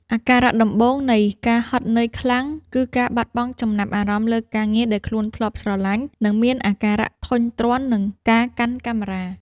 អាការៈដំបូងនៃ ការហត់នឿយខ្លាំង គឺការបាត់បង់ចំណាប់អារម្មណ៍លើការងារដែលខ្លួនធ្លាប់ស្រឡាញ់ និងមានអារម្មណ៍ធុញទ្រាន់នឹងការកាន់កាមេរ៉ា។